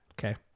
Okay